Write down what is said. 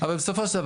אז כל עוד